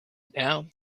now